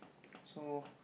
so